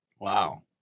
Wow